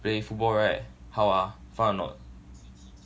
play football right how ah far or not